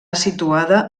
situada